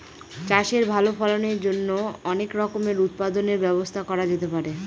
চাষের ভালো ফলনের জন্য অনেক রকমের উৎপাদনের ব্যবস্থা করা যেতে পারে